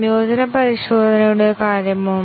സംയോജന പരിശോധനയുടെ കാര്യമോ